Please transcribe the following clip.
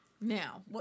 Now